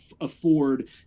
afford